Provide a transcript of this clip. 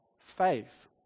faith